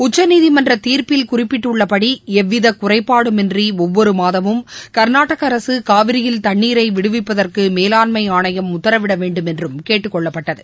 உச்சீதிமன்ற தீர்ப்பில் குறிப்பிட்டுள்ளபடி எவ்வித குறைபாடுமின்றி ஒவ்வொரு மாதமும் கர்நாடக அரசு காவியில் தண்ணீரை விடுவிப்பதற்கு மேலாண்மை ஆணையம் உத்தரவிட வேண்டுமென்றும் கேட்டுக் கொள்ளப்பட்டது